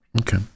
Okay